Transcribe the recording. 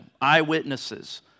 eyewitnesses